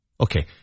Okay